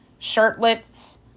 shirtlets